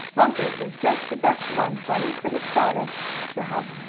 bunker was just the best one bunny could have thought of to help.